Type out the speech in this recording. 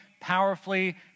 powerfully